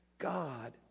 God